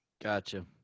Gotcha